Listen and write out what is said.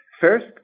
First